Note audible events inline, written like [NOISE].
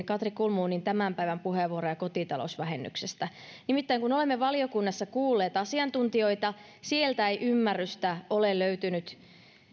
[UNINTELLIGIBLE] katri kulmunin tämän päivän puheenvuoroja kotitalousvähennyksestä nimittäin kun olemme valiokunnassa kuulleet asiantuntijoita sieltä ei ymmärrystä ole löytynyt